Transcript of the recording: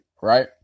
right